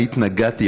אני התנגדתי,